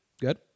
Good